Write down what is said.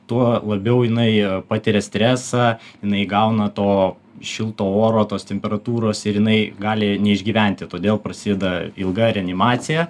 tuo labiau jinai patiria stresą jinai gauna to šilto oro tos temperatūros ir jinai gali neišgyventi todėl prasideda ilga reanimacija